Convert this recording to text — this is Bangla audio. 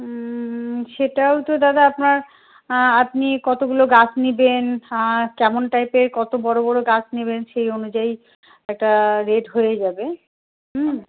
সেটাও তো দাদা আপনার আপনি কতগুলো গাছ নেবেন কেমন টাইপের কত বড়ো বড়ো গাছ নেবেন সেই অনুযায়ী একটা রেট হয়ে যাবে হুম